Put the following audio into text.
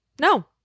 No